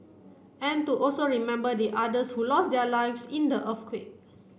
and to also remember the others who lost their lives in the earthquake